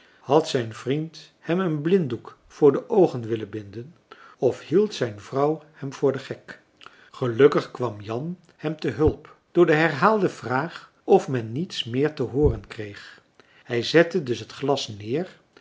had zijn vriend hem een blinddoek voor de oogen willen binden of hield zijn vrouw hem voor den gek gelukkig kwam jan hem te hulp door de herhaalde vraag of men niets meer te hooren kreeg hij zette dus het glas neer